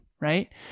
right